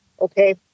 okay